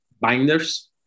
binders